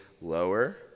lower